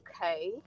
okay